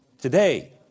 Today